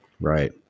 Right